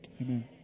amen